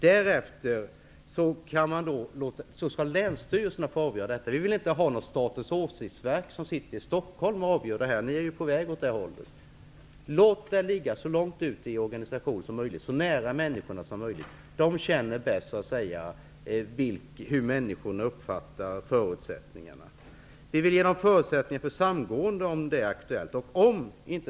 Därefter skall länsstyrelserna få avgöra detta. Vi vill inte ha något Statens åsiktsverk som skall sitta i Stockholm och avgöra detta. Ni är ju på väg åt det hållet. Låt frågan ligga så långt ute i organisationen och så nära människorna som möjligt. De vet bäst hur människor uppfattar förutsättningarna. Vi vill ge dem förutsättningar för samgående, om det skulle bli aktuellt.